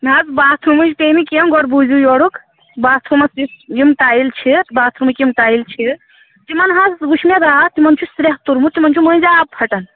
نہَ حظ باتھ روٗمٕچ پیٚیہِ نہٕ کیٚنٛہہ گۄڈٕ بوٗزِو یورُک باتھ روٗمَس یِم ٹایل چھِ باتھ روٗمٕچ یِم ٹایِل چھِ تِمن حظ وُچھ مےٚ راتھ تِمَن چھُ سرٛیٚہہ توٚرمُت تِمن چھُ مٔنٛزۍ آب پھَٹان